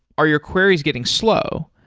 are your queries getting slow?